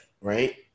right